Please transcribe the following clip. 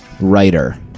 writer